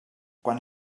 quan